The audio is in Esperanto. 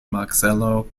makzelo